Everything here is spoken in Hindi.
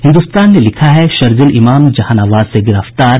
हिन्दुस्तान ने लिखा है शरजील इमाम जहानाबाद से गिरफ्तार